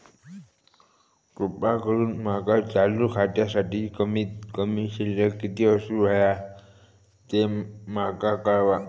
कृपा करून माका चालू खात्यासाठी कमित कमी शिल्लक किती असूक होया ते माका कळवा